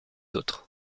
autres